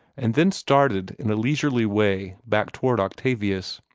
and then started in a leisurely way back toward octavius.